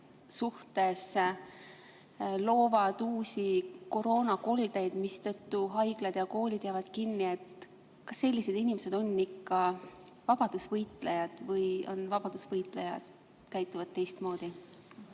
vastu, loovad uusi koroonakoldeid, mistõttu haiglad ja koolid jäävad kinni – kas sellised inimesed on ikka vabadusvõitlejad? Või vabadusvõitlejad käituvad teistmoodi?